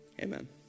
Amen